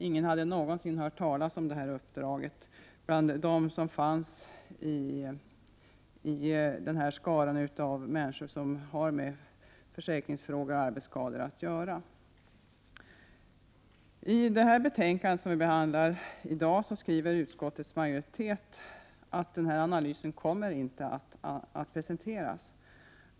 Ingen i den skara av människor som har med försäkringsfrågor och arbetsskador att göra hade någonsin hört talas om detta uppdrag. I det betänkande vi behandlar i dag skriver utskottets majoritet att den här analysen inte kommer att presenteras.